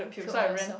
puke on yourself